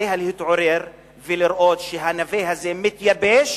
עליה להתעורר ולראות שהנווה הזה מתייבש,